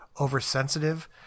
oversensitive